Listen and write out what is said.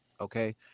okay